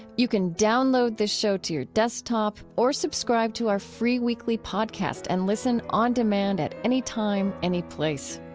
you can download this show to your desktop or subscribe to our free weekly podcast and listen on demand at anytime, any place.